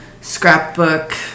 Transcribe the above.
scrapbook